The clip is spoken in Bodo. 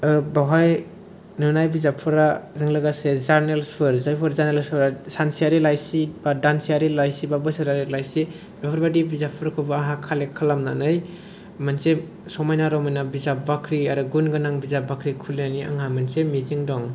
ओ बावहाय नुनाय बिजाबफोरजों लोगोसे जार्नेलसफोर जायफोर जार्नेलसफोरा सानसेआरि लाइसि बा दानसेआरि लाइसि बा बोसोरारि लाइसि बेफोरबायदि बिजाबफोरखौबो आंहा कालेक्ट खालामनानै मोनसे समायना रमायना बिजाब बाख्रि आरो गुनगोनां बिजाब बाख्रि खुलिनायनि आंहा मोनसे मिजिं दं